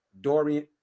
Dorian